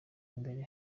imbere